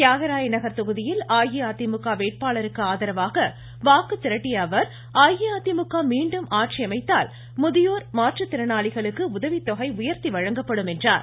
தியாகராயர் நகர் தொகுதியில் அஇஅதிமுக வேட்பாளருக்கு ஆதரவாக வாக்கு திரட்டிய அவர் அஇஅதிமுக மீண்டும் முதியோர் மாற்றுத்திறனாளிகளுக்கு உதவி தொகை உயர்த்தி வழங்கப்படும் என்றார்